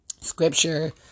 scripture